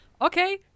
okay